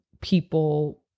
people